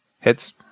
Hits